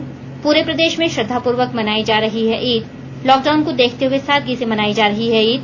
त् पूरे प्रदेष में श्रद्वापूर्वक मनाई जा रही है ईद लॉकडाउन को देखते हुए सादगी से मनाई जा रही है ईद